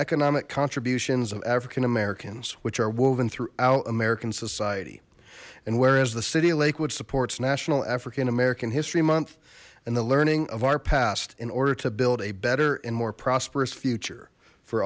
economic contributions of african americans which are woven throughout american society and whereas the city of lakewood supports national african american history month and the learning of our past in order to build a better and more prosperous future for